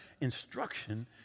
instruction